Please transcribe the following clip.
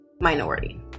minority